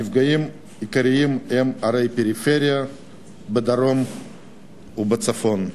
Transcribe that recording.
הנפגעים העיקריים הם ערי הפריפריה בדרום ובצפון.